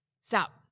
stop